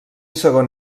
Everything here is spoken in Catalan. segon